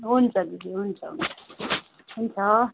हुन्छ दिदी हुन्छ हुन्छ हुन्छ